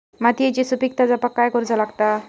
मातीयेची सुपीकता जपाक काय करूचा लागता?